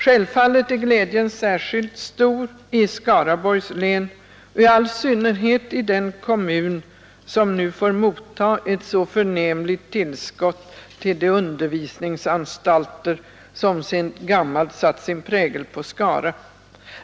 Självfallet är glädjen särskilt stor i Skaraborgs län, och i all synnerhet i den kommun som nu får motta ett så förnämligt tillskott till de undervisningsanstalter som sedan gammalt satt sin prägel på Skara.